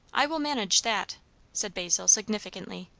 i will manage that said basil significantly.